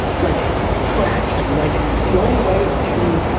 like, through through action, like, the only way to,